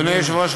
אדוני היושב-ראש,